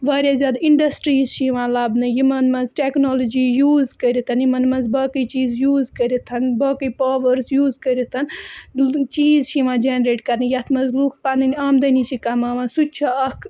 واریاہ زیادٕ اِنڈَسٹِرٛیٖز چھِ یِوان لَبنہٕ یِمَن منٛز ٹٮ۪کنالجی یوٗز کٔرِتھ یِمَن منٛز باقٕے چیٖز یوٗز کٔرِتھ باقٕے پاوٲرٕز یوٗز کٔرِتھ چیٖز چھِ یِوان جَنریٹ کَرنہٕ یَتھ منٛز لُکھ پَنٕنۍ آمدٔنی چھِ کماوان سُہ تہِ چھِ اَکھ